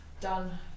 done